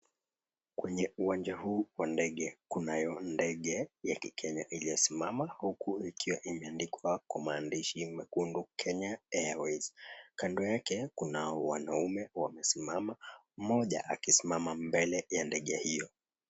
Kwenye uwanja huu wa ndege kunayo ndege ya kikenya iliyosimama huku ikiwa imeandikwa kwa maandishi mekundu Kenya Airways kando yake kuna wanaume wamesimama mmoja akisimama mbele ya ndege hiyo.